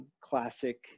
Classic